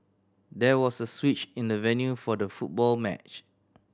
there was a switch in the venue for the football match